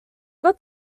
got